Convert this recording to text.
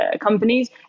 companies